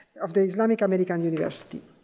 of the islamic american university.